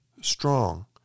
strong